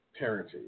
parenting